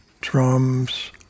drums